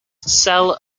cell